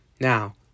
Now